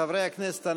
חברי הכנסת,